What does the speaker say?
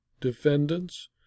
defendants